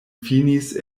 finis